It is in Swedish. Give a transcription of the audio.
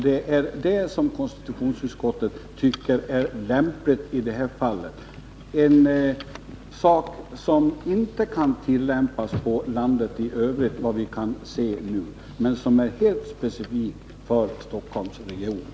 Det tycker konstitutionsutskottet är lämpligt i det här fallet; detta är något som inte kan tillämpas när det gäller landet i övrigt, såvitt vi kan se, utan det är helt specifikt för Stockholmsregionen.